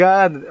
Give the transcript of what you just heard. God